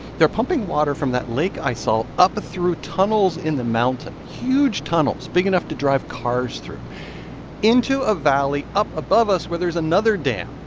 they're pumping water from that lake i saw up through tunnels in the mountain huge tunnels big enough to drive cars through into a valley up above us where there's another dam.